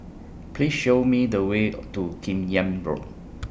Please Show Me The Way to Kim Yam Road